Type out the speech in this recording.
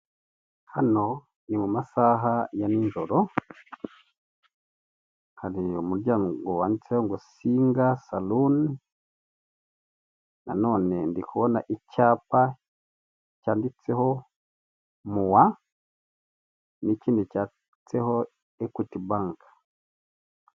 Hano ni mu masaha ya n'ijoro hari umuryango wanditseho ngo singa saruni, na none ndi kubona icyapa cyanditseho muwa n'ikindi cyanditseho ekwiti banke.